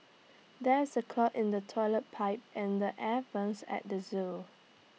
there is A clog in the Toilet Pipe and the air Vents at the Zoo